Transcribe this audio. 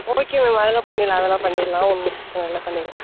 okay ma'am அதல்லாம் பண்ணிடலாம் அதல்லாம் பண்ணிடலாம் ஒன்றும் பிரச்சன இல்லை பண்ணிடலாம்